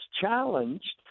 challenged